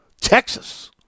Texas